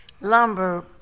lumber